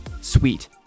sweet